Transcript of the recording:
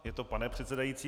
Je to pane předsedající.